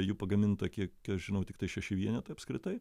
jų pagaminta kiek žinau tiktai šeši vienetai apskritai